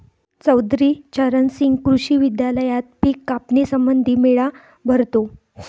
चौधरी चरण सिंह कृषी विद्यालयात पिक कापणी संबंधी मेळा भरतो